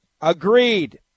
agreed